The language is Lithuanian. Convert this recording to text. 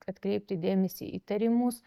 atkreipti dėmesį į tarimus